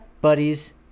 buddies